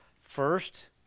First